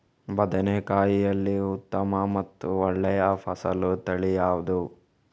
ಬದನೆಕಾಯಿಯಲ್ಲಿ ಉತ್ತಮ ಮತ್ತು ಒಳ್ಳೆಯ ಫಸಲು ತಳಿ ಯಾವ್ದು?